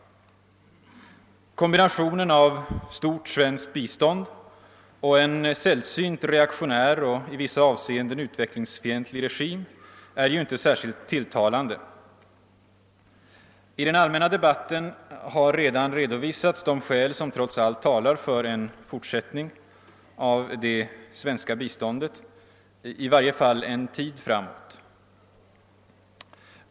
Kombinationen av stort svenskt bistånd och en sällsynt reaktionär och i vissa avseenden utvecklingsfientlig regim är ju inte särskilt tilltalande. I den allmänna debatten har redan redovisats de skäl som trots allt talar för en fortsättning av det svenska biståndet i varje fall en tid framåt.